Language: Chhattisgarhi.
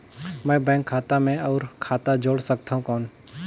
मैं बैंक खाता मे और खाता जोड़ सकथव कौन?